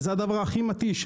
זה הדבר הכי מתיש,